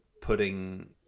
putting